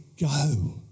go